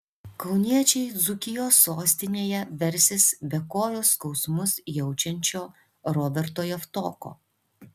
kauniečiai dzūkijos sostinėje versis be kojos skausmus jaučiančio roberto javtoko